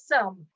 awesome